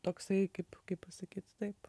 toksai kaip kaip pasakyti taip